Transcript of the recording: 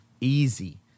easy